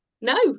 no